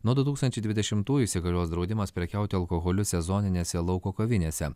nuo du tūkstančiai dvidešimtųjų įsigalios draudimas prekiauti alkoholiu sezoninėse lauko kavinėse